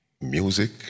music